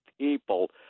people